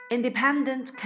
Independent